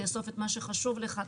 תאסוף את מה שחשוב לך,